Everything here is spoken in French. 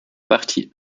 partie